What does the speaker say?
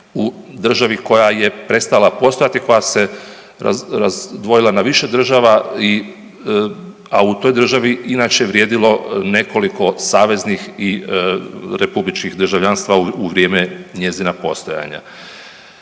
u državi koja je prestala postojati i koja se razdvojila na više država i, a u toj državi inače vrijedilo nekoliko saveznih i republičnih državljanstva u vrijeme njezina postojanja.